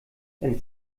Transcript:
wenn